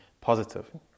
positive